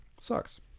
Sucks